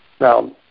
Now